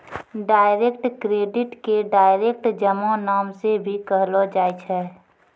direct credit के direct जमा नाम से भी कहलो जाय छै